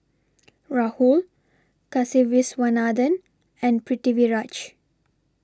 Rahul Kasiviswanathan and Pritiviraj